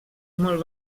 molt